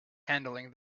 handling